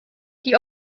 die